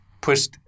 pushed